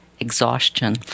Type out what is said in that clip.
Exhaustion